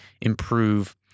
improve